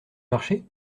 marchés